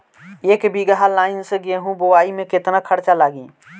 एक बीगहा लाईन से गेहूं बोआई में केतना खर्चा लागी?